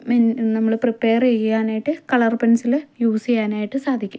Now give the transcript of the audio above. മീൻ നമ്മള് പ്രിപ്പെയറ് ചെയ്യാനായിട്ട് colour pencil use ചെയ്യാനായിട്ട് സാധിക്കും